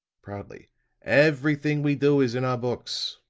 proudly everything we do is in our books.